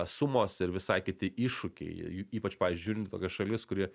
sumos ir visai kiti iššūkiai y ypač pavyzdžiui žiūrint kokia šalis kuri